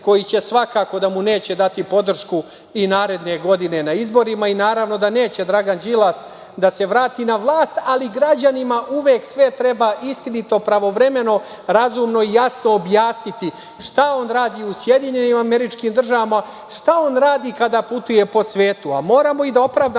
koji svakako mu neće dati podršku i naredne godine na izborima i naravno, da neće Dragan Đilas da se vrati na vlast, ali građanima uvek sve treba istinito, pravovremeno, razumno i jasno objasniti šta on radi u SAD, šta on radi kada putuje po svetu, a moramo i da opravdamo